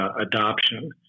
adoption